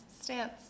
stance